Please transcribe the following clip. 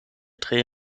tre